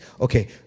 Okay